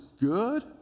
good